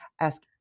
Ask